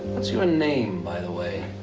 what's your name, by the way?